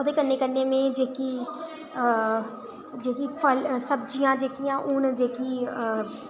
ते ओह्दे कन्नै कन्नै जेह्की अ जेह्की फल सब्जियां न जेह्कियां